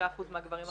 55% מהגברים החרדים.